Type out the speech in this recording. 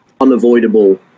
unavoidable